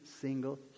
single